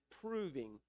proving